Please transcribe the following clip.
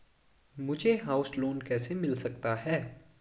मुझे house loan कैसे मिल सकता है?